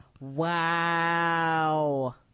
wow